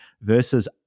versus